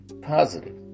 positive